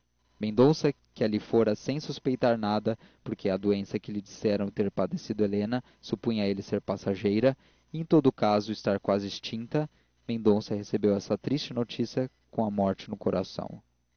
mendonça que ali fora sem suspeitar nada porque a doença que lhe disseram ter padecido helena supunha ele ser passageira e em todo caso estar quase extinta mendonça recebeu essa triste notícia com a morte no coração